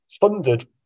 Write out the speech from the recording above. funded